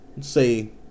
say